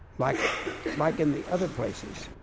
like like in the other places,